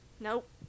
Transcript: Nope